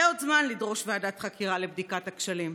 יהיה עוד זמן לדרוש ועדת חקירה לבדיקת הכשלים.